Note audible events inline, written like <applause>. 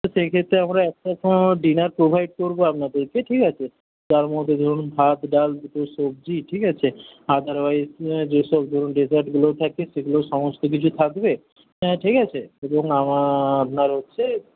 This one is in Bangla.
তো সেই ক্ষেত্রে আমরা একটা সময় আমরা ডিনার প্রোভাইড করব আপনাদেরকে ঠিক আছে তার মধ্যে ধরুন ভাত ডাল দুটো সবজি ঠিক আছে আদারওয়াইস যেসব ধরুন ডেজার্টগুলো থাকে সেগুলো সমস্ত কিছু থাকবে হ্যাঁ ঠিক আছে এবং <unintelligible> আপনার হচ্ছে